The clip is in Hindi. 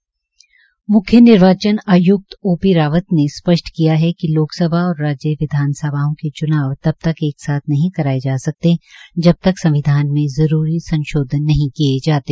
म्ख्य निर्वाचन आय्क्त ओ पी रावन ने स्पष्ट किया है कि लोकसभा और राज्य विधानसभाओं के च्नाव तब तक एक साथ नहीं कराए जा सकते जबतक संविधान में जरूरी संशोधन नहीं किये जाते